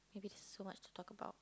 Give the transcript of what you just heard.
maybe there's so much to talk about